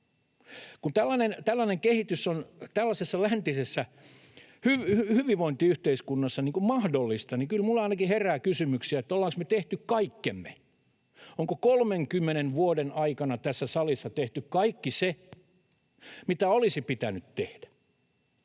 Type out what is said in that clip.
Kun tällainen kehitys on tällaisessa läntisessä hyvinvointiyhteiskunnassa mahdollista, niin kyllä minulla ainakin herää kysymyksiä, ollaanko me tehty kaikkemme. Onko 30 vuoden aikana tässä salissa tehty kaikki se, mitä olisi pitänyt tehdä?